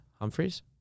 Humphreys